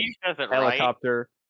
helicopter